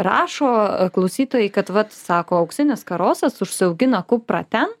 rašo klausytojai kad vat sako auksinis karosas užsiaugina kuprą ten